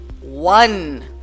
one